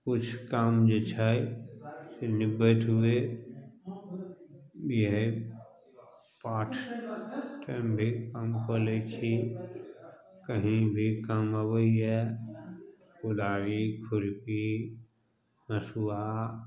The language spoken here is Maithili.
किछु काम जे छै से निबटैत हुए भी हइ पाठ टाइम भी काम कऽ लै छी कही भी काम आबैए कोदारी खुरपी हँसुआ